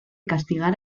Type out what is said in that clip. castigar